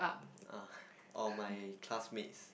uh or my classmates